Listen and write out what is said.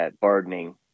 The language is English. burdening